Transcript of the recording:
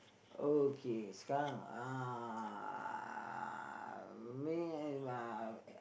okay sekarang uh may I uh